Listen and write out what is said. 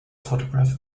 photograph